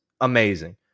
amazing